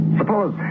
suppose